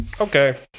okay